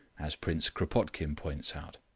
as prince kropotkin points out.